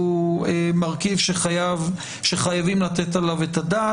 והוא מרכיב שחייבים לתת עליו את הדעת.